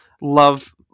Love